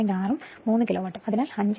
6 ഉം 3 കിലോവാട്ട് അതിനാൽ 5 KVA